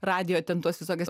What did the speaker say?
radijo ten tuos visokius